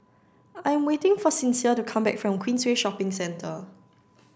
I'm waiting for Sincere to come back from Queensway Shopping Centre